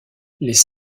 les